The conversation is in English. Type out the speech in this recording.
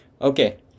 okay